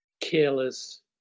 careless